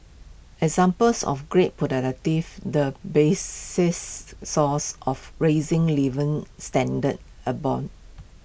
examples of greater the bases source of rising living standards abound